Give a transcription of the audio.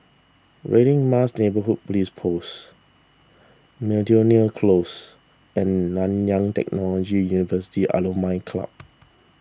Radin Mas Neighbourhood Police Post Miltonia Close and Nanyang Technology University Alumni Club